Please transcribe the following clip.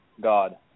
God